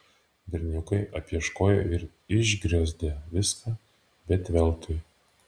berniukai apieškojo ir išgriozdė viską bet veltui